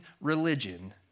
religion